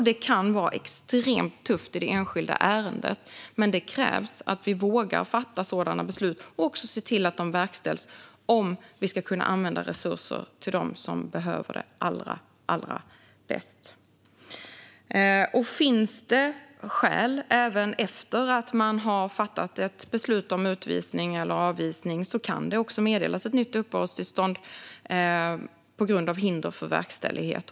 Det kan vara extremt tufft i det enskilda ärendet, men det krävs att vi vågar fatta sådana beslut och se till att de verkställs om vi ska kunna använda resurser till dem som behöver det allra mest. Finns det skäl även efter att det har fattats ett beslut om utvisning eller avvisning kan det också meddelas ett nytt uppehållstillstånd på grund av hinder för verkställighet.